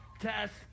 test